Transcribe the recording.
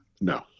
No